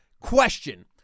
Question